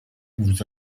vous